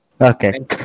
okay